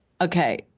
okay